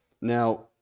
Now